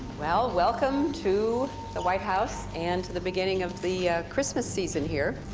well, welcome to the white house and the beginning of the christmas season here.